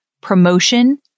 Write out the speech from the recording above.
promotion